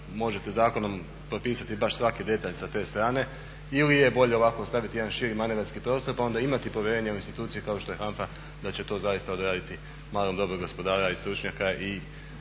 možete zakonom propisati baš svaki detalj sa te strane ili je bolje ovako ostaviti jedan širi manevarski prostor pa onda imati povjerenje u institucije kao što je HANFA da će to zaista odraditi … i stručnjaka